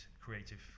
creative